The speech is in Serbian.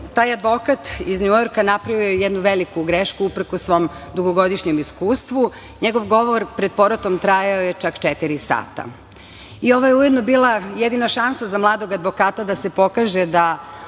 taj advokat iz Njujorka napravio je jednu veliku grešku uprkos svom dugogodišnjem iskustvu. Njegov govor pred porotom trajao je čak četiri sata. Ovo je ujedno bila jedina šansa za mladog advokata da se pokaže da